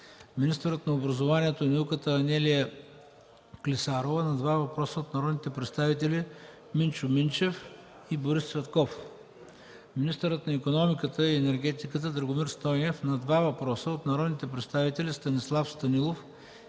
министърът на образованието и науката Анелия Клисарова – на два въпроса от народните представители Минчо Минчев и Борис Цветков; - министърът на икономиката и енергетиката Драгомир Стойнев – на два въпроса от народните представители Станислав Станилов